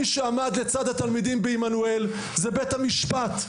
מי שעמד לצד התלמידים בעמנואל היה בית המשפט,